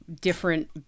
different